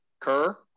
kerr